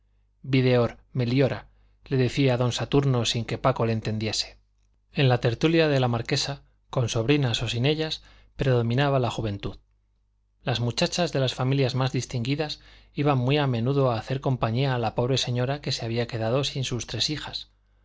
dominarse videor meliora le decía don saturno sin que paco le entendiese en la tertulia de la marquesa con sobrinas o sin ellas predominaba la juventud las muchachas de las familias más distinguidas iban muy a menudo a hacer compañía a la pobre señora que se había quedado sin sus tres hijas